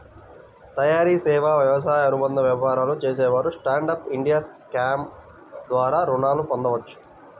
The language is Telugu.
తయారీ, సేవా, వ్యవసాయ అనుబంధ వ్యాపారాలు చేసేవారు స్టాండ్ అప్ ఇండియా స్కీమ్ ద్వారా రుణాలను పొందవచ్చు